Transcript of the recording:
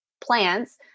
plants